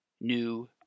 new